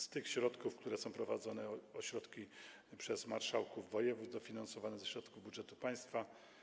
Z tych środków, które są, prowadzone są szkolenia przez marszałków województw dofinansowane ze środków budżetu państwa.